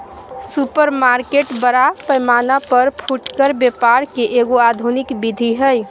supermarket बड़ा पैमाना पर फुटकर व्यापार के एगो आधुनिक विधि हइ